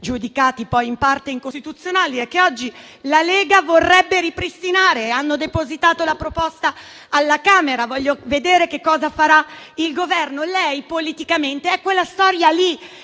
giudicati poi in parte incostituzionali, e che oggi la Lega vorrebbe ripristinare. Hanno depositato la proposta alla Camera. Voglio vedere che cosa farà il Governo. Lei politicamente appartiene a quella storia lì,